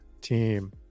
team